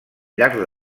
llarg